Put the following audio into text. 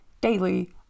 daily